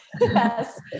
Yes